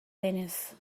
denez